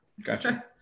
Gotcha